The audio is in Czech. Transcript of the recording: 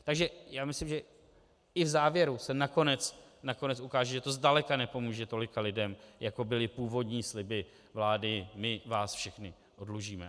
Takže já myslím, že i v závěru se nakonec ukáže, že to zdaleka nepomůže tolika lidem, jako byly původní sliby vlády my vás všechny oddlužíme.